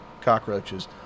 cockroaches